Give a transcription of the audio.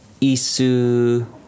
isu